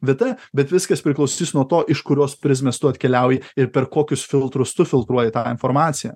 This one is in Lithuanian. vieta bet viskas priklausys nuo to iš kurios prizmės tu atkeliauji ir per kokius filtrus tu filtruoji tą informaciją